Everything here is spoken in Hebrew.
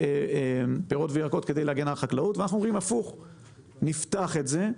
אומרים שנפתח את זה,